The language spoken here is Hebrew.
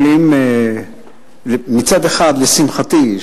ומצד אחד לשמחתי,